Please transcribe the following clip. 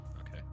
okay